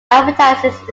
advertises